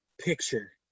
picture